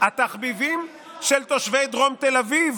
התחביבים של תושבי דרום תל אביב,